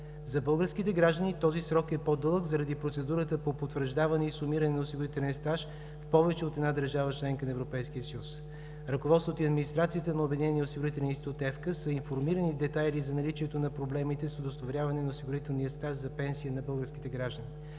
За българските граждани този срок е по-дълъг заради процедурата по потвърждаване и сумиране на осигурителен стаж в повече от една държава – членка на Европейския съюз. Ръководството и администрацията на Обединения осигурителен институт ФК са информирани в детайли за наличието на проблемите с удостоверяване на осигурителния стаж за пенсии на българските граждани.